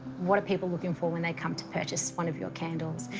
what are people looking for when they come to purchase one of your candles?